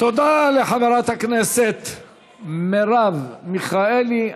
תודה לחברת הכנסת מרב מיכאלי.